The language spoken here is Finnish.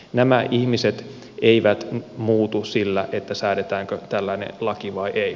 nämä ihmiset eivät muutu sillä säädetäänkö tällainen laki vai ei